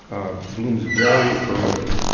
ah blooms very early